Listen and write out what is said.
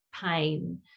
pain